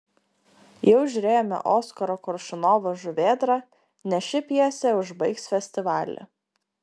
jau žiūrėjome oskaro koršunovo žuvėdrą nes ši pjesė užbaigs festivalį